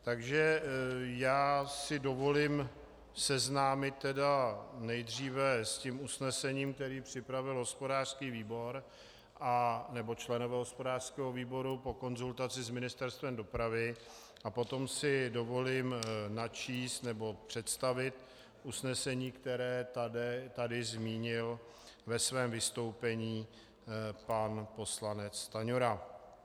Takže já si dovolím vás seznámit nejdříve s usnesením, které připravil hospodářský výbor, nebo členové hospodářského výboru, po konzultaci s Ministerstvem dopravy, a potom si dovolím načíst nebo představit usnesení, které tady zmínil ve svém vystoupení pan poslanec Stanjura.